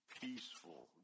peaceful